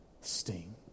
sting